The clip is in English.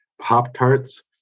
Pop-Tarts